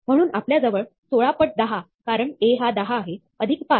म्हणून आपल्याजवळ 16 पट 10 कारण A हा 10 आहे अधिक 5